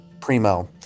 primo